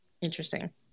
Interesting